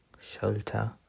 shelter